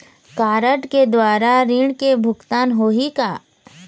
Card के द्वारा ऋण के भुगतान होही का?